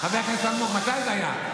חבר הכנסת אלמוג, מתי זה היה?